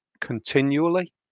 continually